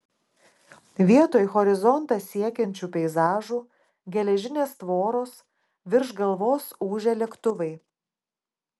vietoj horizontą siekiančių peizažų geležinės tvoros virš galvos ūžia lėktuvai